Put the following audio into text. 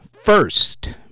First